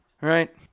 right